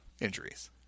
injuries